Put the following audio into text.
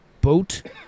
boat